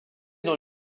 dans